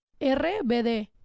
RBD